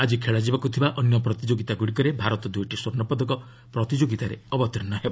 ଆଜି ଖେଳାଯିବାକୁ ଥିବା ଅନ୍ୟ ପ୍ରତିଯୋଗିତାଗୁଡ଼ିକରେ ଭାରତ ଦୁଇଟି ସ୍ୱର୍ଣ୍ଣପଦକ ପ୍ରତିଯୋଗିତାରେ ଅବତୀର୍ଣ୍ଣ ହେବ